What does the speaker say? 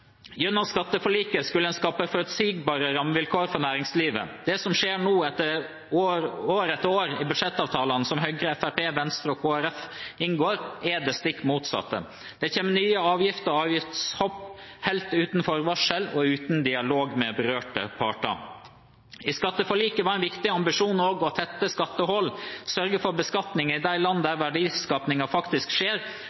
Gjennom skatteforliket skulle en skape forutsigbare rammevilkår for næringslivet. Det som skjer nå, etter år etter år med budsjettavtalene som Høyre, Fremskrittspartiet, Venstre og Kristelig Folkeparti inngår, er det stikk motsatte. Det kommer nye avgifter og avgiftshopp helt uten forvarsel og uten dialog med berørte parter. I skatteforliket var en viktig ambisjon også å tette skattehull, sørge for beskatning i de land der